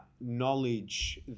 knowledge